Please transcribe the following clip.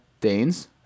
Danes